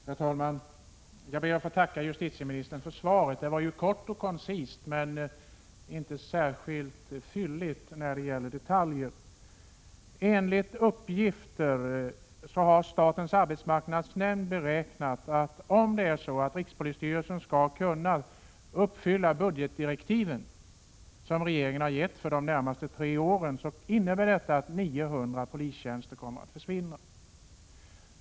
Herr talman! Jag ber att få tacka justitieministern för svaret. Det var kort och koncist, men inte särskilt fylligt när det gäller detaljer. Enligt uppgifter har statens arbetsmarknadsnämnd beräknat, att om rikspolisstyrelsen skall kunna uppfylla de budgetdirektiv regeringen gett för de närmaste tre åren, innebär det att 900 polistjänster kommer att försvinna.